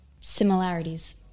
similarities